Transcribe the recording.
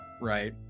right